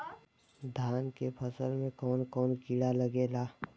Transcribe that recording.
धान के फसल मे कवन कवन कीड़ा लागेला?